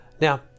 Now